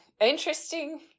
interesting